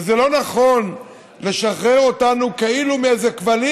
וזה לא נכון לשחרר אותנו כאילו מאיזה כבלים